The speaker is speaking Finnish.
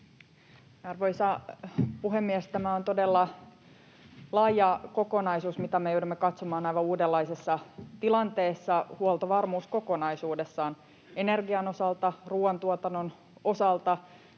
Arvoisa puhemies! Tämä on todella laaja kokonaisuus, mitä me joudumme katsomaan aivan uudenlaisessa tilanteessa, huoltovarmuus kokonaisuudessaan. Energian osalta, ruuantuotannon osalta,